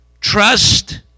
trust